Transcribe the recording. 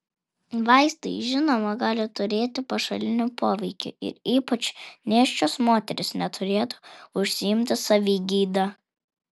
vaistai žinoma gali turėti pašalinį poveikį ir ypač nėščios moterys neturėtų užsiimti savigyda